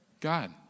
God